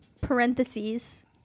Parentheses